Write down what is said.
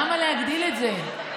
למה להגדיל את זה?